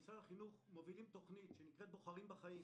משרד החינוך מובילים תוכנית שנקראת בוחרים בחיים,